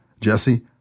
Jesse